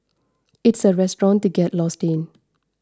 it's a restaurant to get lost in